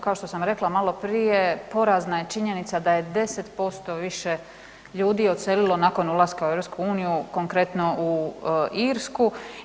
Kao što sam rekla malo prije porazna je činjenica da je 10% više ljudi odselilo nakon ulaska u EU konkretno u Irsku.